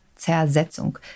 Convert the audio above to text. Zersetzung